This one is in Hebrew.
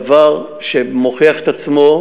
דבר שמוכיח את עצמו,